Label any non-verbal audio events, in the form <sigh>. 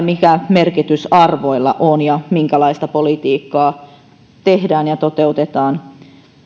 <unintelligible> mikä merkitys arvoilla on siinä minkälaista politiikkaa tehdään ja toteutetaan